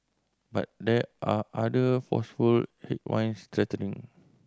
but there are other forceful headwinds threatening